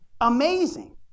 Amazing